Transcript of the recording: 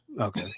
Okay